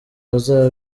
bazaba